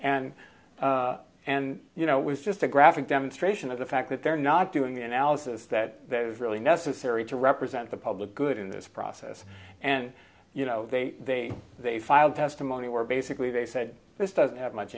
and and you know it was just a graphic demonstration of the fact that they're not doing the analysis that is really necessary to represent the public good in this process and you know they they they filed testimony were basically they said this doesn't have much